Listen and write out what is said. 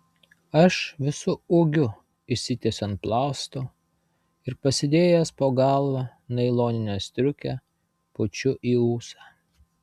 aš visu ūgiu išsitiesiu ant plausto ir pasidėjęs po galva nailoninę striukę pučiu į ūsą